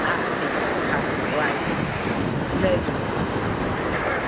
हा ठीकु हा हा वाहेगुरू जय झूलेलाल जय झूले